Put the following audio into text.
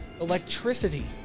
electricity